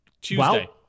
tuesday